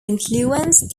influenced